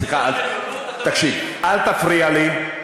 סליחה, תקשיב, אל תפריע לי.